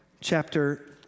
chapter